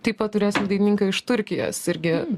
taip pat turėsim dainininką iš turkijos irgi